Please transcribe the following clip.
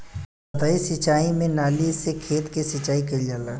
सतही सिंचाई में नाली से खेत के सिंचाई कइल जाला